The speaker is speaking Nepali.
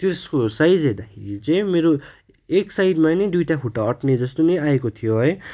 त्यसको साइज हेर्दाखेरि चाहिँ मेरो एक साइडमा नै दुईवटा खुट्टा आँट्ने जस्तो नै आएको थियो है